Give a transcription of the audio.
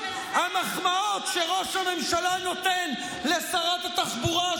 המחמאות שראש הממשלה נותן לשרת התחבורה,